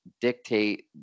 dictate